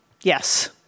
Yes